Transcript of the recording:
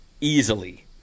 easily